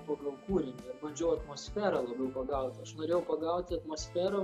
pagal kūrinį bandžiau atmosferą labiau pagaut aš norėjau pagauti atmosferą